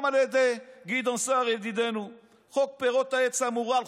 גם על ידי גדעון סער ידידנו: חוק פירות העץ המורעל,